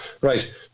right